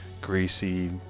greasy